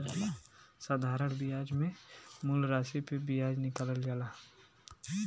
साधारण बियाज मे मूल रासी पे बियाज निकालल जाला